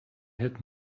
had